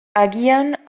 agian